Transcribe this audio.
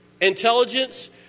intelligence